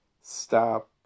stop